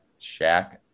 Shaq